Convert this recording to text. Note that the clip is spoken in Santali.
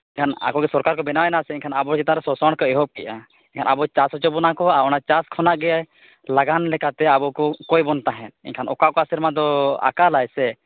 ᱮᱱᱠᱷᱟᱱ ᱟᱠᱚ ᱜᱮ ᱥᱚᱨᱠᱟᱨ ᱠᱚ ᱵᱮᱱᱟᱣᱮᱱᱟ ᱥᱮ ᱮᱱᱠᱷᱟᱱ ᱟᱵᱚ ᱪᱮᱛᱟᱱ ᱨᱮ ᱥᱟᱥᱚᱱ ᱠᱚ ᱮᱦᱚᱵ ᱠᱮᱜᱼᱟ ᱮᱱᱠᱷᱟᱱ ᱟᱵᱚ ᱪᱟᱥ ᱦᱚᱪᱚ ᱵᱚᱱᱟ ᱠᱚ ᱟᱨ ᱚᱱᱟ ᱪᱟᱥ ᱠᱷᱚᱱᱟᱜ ᱜᱮ ᱞᱟᱜᱟᱱ ᱞᱮᱠᱟᱛᱮ ᱟᱵᱚ ᱠᱚ ᱠᱚᱭ ᱵᱚᱱ ᱛᱟᱦᱮᱸᱫ ᱮᱱᱠᱷᱟᱱ ᱚᱠᱟ ᱚᱠᱟ ᱥᱮᱨᱢᱟ ᱫᱚ ᱟᱠᱟᱞᱟᱭ ᱥᱮ